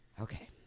Okay